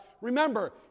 remember